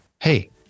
hey